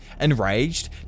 Enraged